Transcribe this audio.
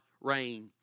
rain